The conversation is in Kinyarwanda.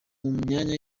myanya